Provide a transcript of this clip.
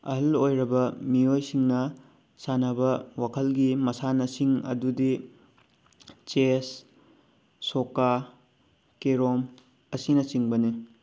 ꯑꯍꯜ ꯑꯣꯏꯔꯕ ꯃꯤꯑꯣꯏꯁꯤꯡꯅ ꯁꯥꯟꯅꯕ ꯋꯥꯈꯜꯒꯤ ꯃꯁꯥꯟꯅꯁꯤꯡ ꯑꯗꯨꯗꯤ ꯆꯦꯁ ꯁꯣꯛꯀꯥ ꯀꯦꯔꯣꯝ ꯑꯁꯤꯅꯆꯤꯡꯕꯅꯤ